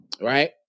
right